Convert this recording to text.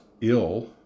ill